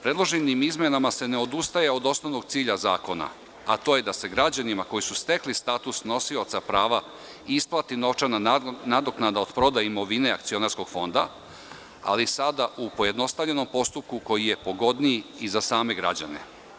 Predloženim izmenama se ne odustaje od osnovnog cilja zakona, a to je da se građanima koji su stekli status nosioca prava isplati novčana nadoknada od prodaje imovine Akcionarskog fonda, ali sada u pojednostavljenom postupku koji je pogodniji i za same građane.